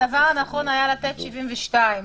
הדבר הנכון היה לתת 72 שעות.